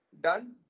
done